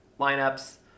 lineups